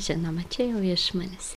žinoma čia jau išmonės